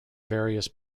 various